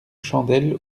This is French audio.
chandelle